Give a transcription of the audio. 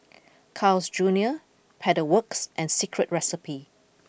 Carl's Junior Pedal Works and Secret Recipe